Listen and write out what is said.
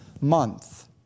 month